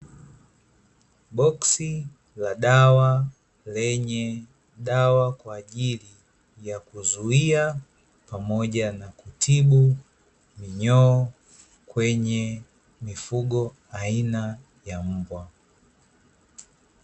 Boksi la dawa lenye dawa kwa ajili ya kuzuia pamoja na kutibu minyoo kwenye mifugo aina ya mbwa.